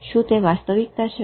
શું તે વાસ્તવિકતા છે